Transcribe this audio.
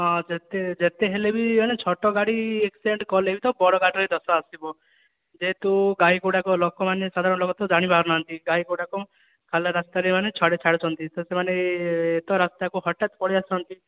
ହଁ ଯେତେହେଲେ ବି ଛୋଟ ଗାଡ଼ି ଆକସିଡେଣ୍ଟ କଲେବି ତ ବଡ଼ ଗାଡ଼ି ର ହି ଦୋଷ ଆସିବ ଯେହେତୁ ଗାଈ ଗୁଡ଼ାକ ଲୋକମାନେ ସାଧାରଣ ଲୋକମାନେ ଜାଣି ପାରୁନାହାନ୍ତି ଗାଈ ଗୁଡ଼ାକ ଖାଲି ରାସ୍ତା ରେ ମାନେ ଛାଡ଼ୁଛନ୍ତି ତ ସେମାନେ ହଠାତ୍ ରାସ୍ତା କୁ ପଳେଇ ଆସୁଛନ୍ତି